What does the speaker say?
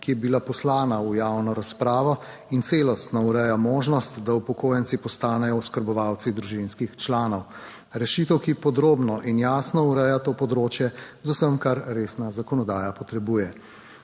ki je bila poslana v javno razpravo in celostno ureja možnost, da upokojenci postanejo oskrbovalci družinskih članov rešitev, ki podrobno in jasno ureja to področje z vsem, kar resna zakonodaja potrebuje.